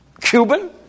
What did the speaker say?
Cuban